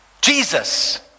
Jesus